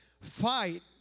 fight